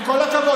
עם כל הכבוד,